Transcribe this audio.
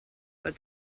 but